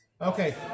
Okay